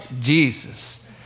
Jesus